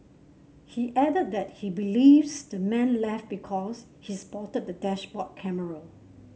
he added that he believes the man left because he spotted the dashboard camera